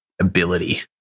ability